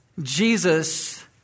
Jesus